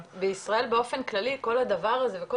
שבישראל באופן כללי כל הדבר הזה וכל